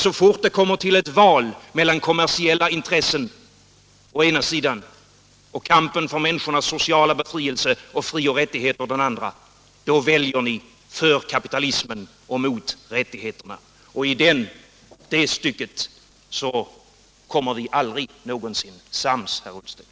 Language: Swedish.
Så fort det kommer till ett val mellan kommersiella intressen å ena sidan och kampen för människornas sociala befrielse och frioch rättigheter å den andra, då tar ni ställning för kapitalismen och mot rättigheterna. I det stycket kommer vi aldrig någonsin sams, herr Ullsten.